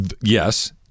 Yes